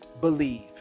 believe